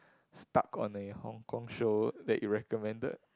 stuck on a Hong-Kong show that you recommended